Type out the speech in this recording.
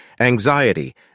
anxiety